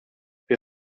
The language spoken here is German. wir